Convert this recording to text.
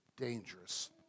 dangerous